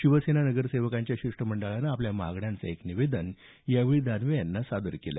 शिवसेना नगरसेवकांच्या शिष्टमंडळानं आपल्या मागण्याचं एक निवेदन यावेळी दानवे यांना दिलं